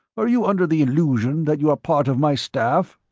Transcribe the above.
are you under the illusion that you are part of my staff?